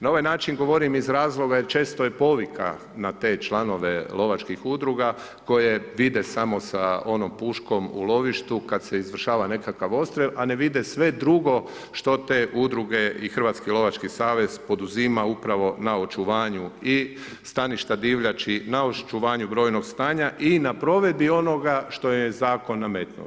Na ovaj način govorim iz razloga jer često i povika na te članove lovačkih udruga koje vide samo sa onom puškom u lovištu kad se izvršava nekakav odstrel a ne vide sve drugo što te udruge i Hrvatski lovački savez poduzima upravo na očuvanju i staništa divljači, na očuvanju brojnog stanja i na provedbi onoga što je zakon nametnuo.